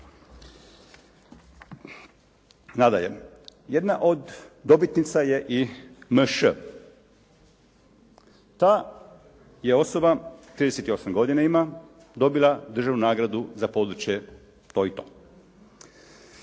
Nadalje. Jedna od dobitnica je i M.Š. Ta je osoba, 38 godina ima, dobila državnu nagradu za područje to i to.